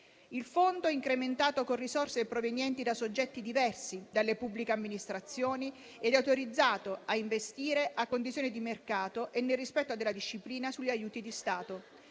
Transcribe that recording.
Il Fondo è incrementato con risorse provenienti da soggetti diversi dalle pubbliche amministrazioni ed è autorizzato a investire, a condizioni di mercato e nel rispetto della disciplina sugli aiuti di Stato,